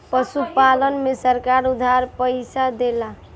पशुपालन में सरकार उधार पइसा देला?